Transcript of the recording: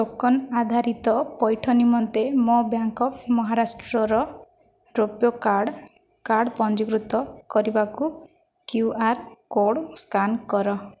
token ଆଧାରିତ ପଇଠ ନିମନ୍ତେ ମୋ ବ୍ୟାଙ୍କ ଅଫ୍ ମହାରାଷ୍ଟ୍ରର ରୂପୈ କାର୍ଡ଼ କାର୍ଡ଼ ପଞ୍ଜୀକୃତ କରିବାକୁ କ୍ୟୁ ଆର୍ କୋଡ଼୍ ସ୍କାନ୍ କର